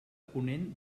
ponent